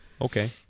Okay